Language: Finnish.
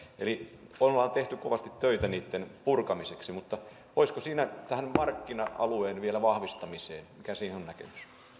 eli ollaan tehty kovasti töitä niitten purkamiseksi mutta voisiko vielä kysyä tähän markkina alueen vahvistamiseen liittyen mikä siihen on näkemys